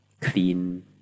clean